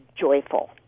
joyful